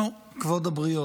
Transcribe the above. נו, כבוד הבריות.